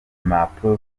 impapuro